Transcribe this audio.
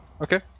Okay